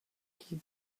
kids